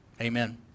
Amen